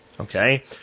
okay